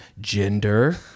Gender